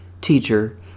Teacher